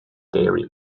dairy